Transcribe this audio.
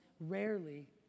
rarely